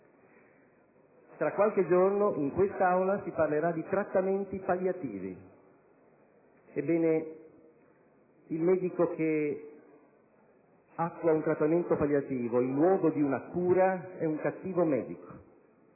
Tra qualche giorno, in quest'Aula, si parlerà di trattamenti palliativi. Ebbene, il medico che attua un trattamento palliativo in luogo di una cura è un cattivo medico,